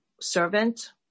Servant